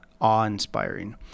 awe-inspiring